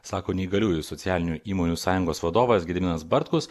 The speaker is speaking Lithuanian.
sako neįgaliųjų socialinių įmonių sąjungos vadovas gediminas bartkus